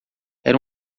era